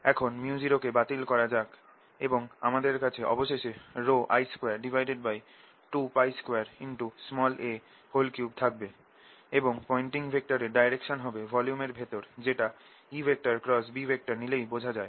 এখন µ0 কে বাতিল করা যাক এবং আমাদের কাছে অবশেষে I222a3 থাকবে এবং পয়েন্টিং ভেক্টর এর ডাইরেকশন হবে ভলিউমের ভেতর যেটা EB নিলেই বোঝা যাবে